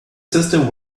system